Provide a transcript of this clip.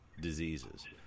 diseases